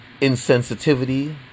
Insensitivity